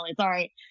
sorry